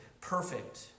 perfect